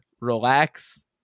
relax